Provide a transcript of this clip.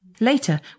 Later